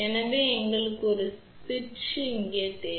எனவே எங்களுக்கு ஒரு சுவிட்ச் எங்கு தேவை